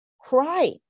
cry